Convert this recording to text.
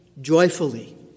joyfully